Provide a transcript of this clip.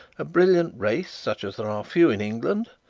a brilliant race such as there are few in england,